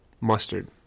Mustard